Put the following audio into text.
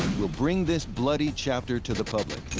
will bring this bloody chapter to the public.